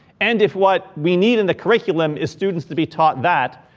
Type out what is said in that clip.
and if what we need in the curriculum is students to be taught that,